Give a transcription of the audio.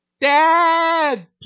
Dad